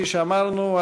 כפי שאמרנו,